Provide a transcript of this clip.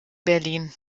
berlin